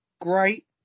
great